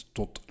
tot